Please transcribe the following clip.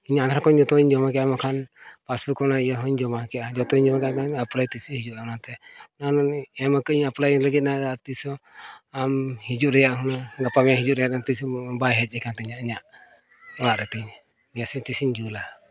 ᱤᱧ ᱟᱫᱷᱟᱨ ᱠᱚ ᱱᱤᱛᱚᱜ ᱤᱧ ᱡᱚᱢᱟ ᱠᱮᱜᱼᱟ ᱵᱟᱠᱷᱟᱱ ᱯᱟᱥᱵᱩᱠ ᱠᱚᱨᱮᱱᱟᱜ ᱤᱭᱟᱹ ᱦᱚᱧ ᱡᱚᱢᱟ ᱠᱮᱜᱼᱟ ᱡᱚᱛᱚᱧ ᱡᱚᱢᱟ ᱠᱮᱫᱟ ᱛᱤᱸᱥ ᱦᱤᱡᱩᱜᱼᱟ ᱚᱱᱟᱛᱮ ᱚᱱᱟ ᱤᱧ ᱮᱢ ᱟᱠᱟᱫ ᱟᱹᱧ ᱮᱯᱞᱟᱭ ᱞᱟᱹᱜᱤᱫ ᱟᱨ ᱛᱤᱥ ᱦᱚᱸ ᱟᱢ ᱦᱤᱡᱩᱜ ᱨᱮᱭᱟᱜ ᱦᱩᱱᱟᱹᱝ ᱜᱟᱯᱟ ᱢᱮᱭᱟᱝ ᱦᱤᱡᱩᱜ ᱨᱮᱭᱟᱜ ᱫᱚ ᱛᱤᱥ ᱵᱟᱭ ᱦᱮᱡ ᱠᱟᱱ ᱛᱤᱧᱟᱹ ᱤᱧᱟᱹᱜ ᱚᱲᱟᱜ ᱨᱮᱛᱤᱧ ᱜᱮᱥ ᱛᱤᱥᱮᱧ ᱡᱩᱞᱟ